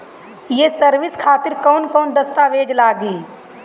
ये सर्विस खातिर कौन कौन दस्तावेज लगी?